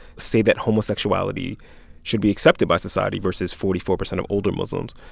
say that homosexuality should be accepted by society, versus forty four percent of older muslims.